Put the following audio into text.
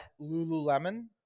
Lululemon